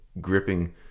gripping